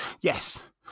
Yes